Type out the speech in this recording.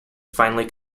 finally